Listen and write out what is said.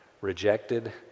rejected